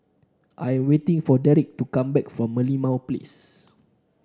I am waiting for Derik to come back from Merlimau Place